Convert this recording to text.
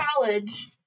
college